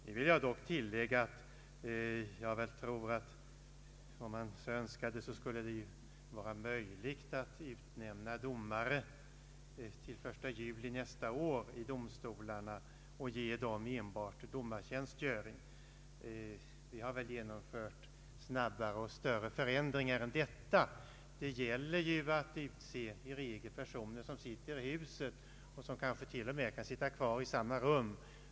Jag vill dock tillägga att om man så önskade skulle det säkerligen vara möjligt att utnämna domare till den 1 juli nästa år i domstolarna och ge dem enbart domartjänstgöring. Snabbare och större förändringar än denna har väl genomförts. Det gäller ju i regel att utse personer som finns i huset och som kanske t.o.m. kan sitta kvar i samma rum.